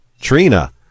Trina